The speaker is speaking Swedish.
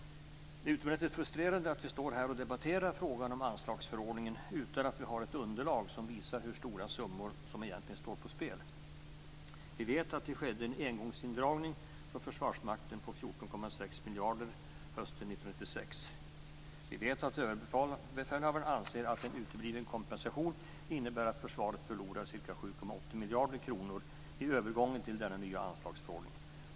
Det är utomordentligt frustrerande att vi står här och debatterar frågan om anslagsförordningen utan att vi har ett underlag som visar hur stora summor som egentligen står på spel. Vi vet att det skedde en engångsindragning från Försvarsmakten på 14,6 miljarder hösten 1996. Vi vet att Överbefälhavaren anser att en utebliven kompensation innebär att försvaret förlorar ca 7,8 miljarder kronor i övergången till denna nya anslagsförordning.